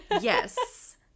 Yes